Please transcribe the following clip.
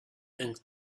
and